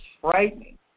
frightening